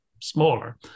smaller